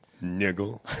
Niggle